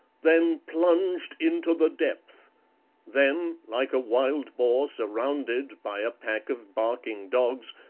then plunged into the depth then, like a wild boar surrounded, by a pack of barking dogs,